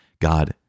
God